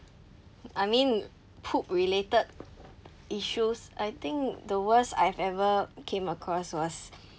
I mean poop related issues I think the worst I've ever came across was